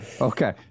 Okay